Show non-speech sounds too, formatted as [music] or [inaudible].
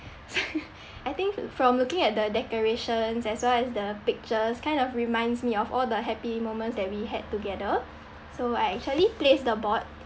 [laughs] I think from looking at the decorations as well as the pictures kind of reminds me of all the happy moments that we had together so I actually placed the board